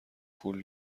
پول